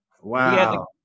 Wow